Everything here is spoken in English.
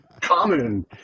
common